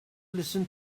listen